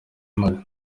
mali